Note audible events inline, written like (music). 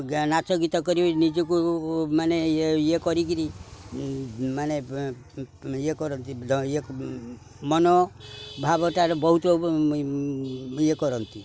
ନାଚ ଗୀତ କରିକି ନିଜକୁ ମାନେ ଇଏ ଇଏ କରିକିରି ମାନେ ଇଏ କରନ୍ତି (unintelligible) ମନଭାବଟାରେ ବହୁତ ଇଏ କରନ୍ତି